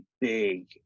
big